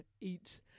eat